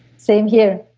same here